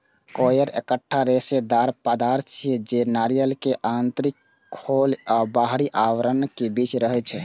coir एकटा रेशेदार पदार्थ छियै, जे नारियल के आंतरिक खोल आ बाहरी आवरणक बीच रहै छै